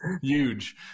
huge